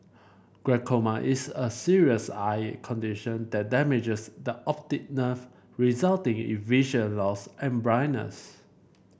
glaucoma is a serious eye condition that damages the optic nerve resulting in vision loss and blindness